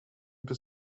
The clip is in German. bis